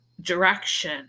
direction